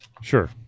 sure